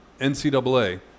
ncaa